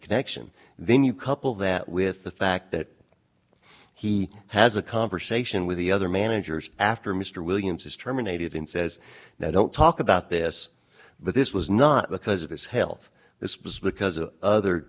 connection then you couple that with the fact that he has a conversation with the other managers after mr williams is terminated and says now don't talk about this but this was not because of his health this was because of other